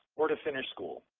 or to finish school.